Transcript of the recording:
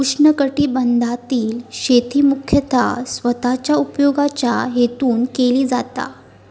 उष्णकटिबंधातील शेती मुख्यतः स्वतःच्या उपयोगाच्या हेतून केली जाता